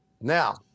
Now